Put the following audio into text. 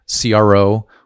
CRO